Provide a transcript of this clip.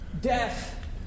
Death